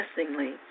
interestingly